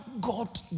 God